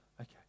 okay